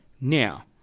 Now